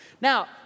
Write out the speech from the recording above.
Now